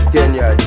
Kenya